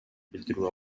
билдирүү